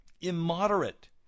immoderate